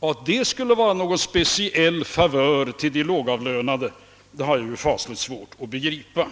Att en sådan höjning skulle innebära någon speciell favör för de lågavlönade har jag fasligt svårt att begripa. |